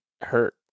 hurt